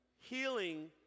healing